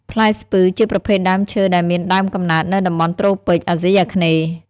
ផ្លែ ស្ពឺជាប្រភេទដើមឈើដែលមានដើមកំណើតនៅតំបន់ត្រូពិច អាស៊ីអាគ្នេយ៍ ។